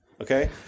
okay